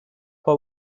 what